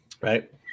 Right